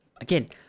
again